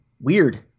weird